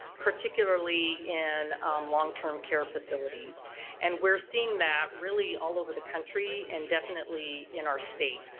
particularly in long-term care facilities and we're seeing that really all over the country and definitely in our state